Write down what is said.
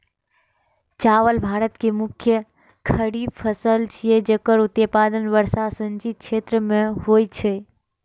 चावल भारत के मुख्य खरीफ फसल छियै, जेकर उत्पादन वर्षा सिंचित क्षेत्र मे होइ छै